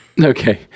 Okay